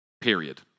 Period